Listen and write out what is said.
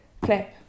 clip